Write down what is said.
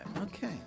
Okay